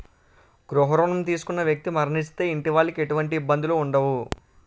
గృహ రుణం తీసుకున్న వ్యక్తి మరణిస్తే ఇంటి వాళ్లకి ఎటువంటి ఇబ్బందులు ఉండవు